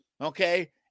okay